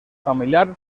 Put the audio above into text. familiar